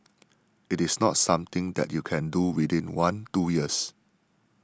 it is not something that you can do within one two years